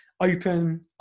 open